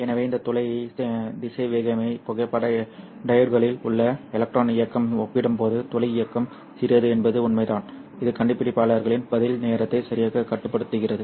எனவே இந்த துளை திசைவேகமே புகைப்பட டையோட்களில் உள்ள எலக்ட்ரான் இயக்கம் ஒப்பிடும்போது துளை இயக்கம் சிறியது என்பது உண்மைதான் இது கண்டுபிடிப்பாளர்களின் பதில் நேரத்தை சரியாக கட்டுப்படுத்துகிறது